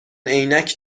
عینک